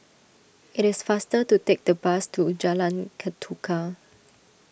it is faster to take the bus to Jalan Ketuka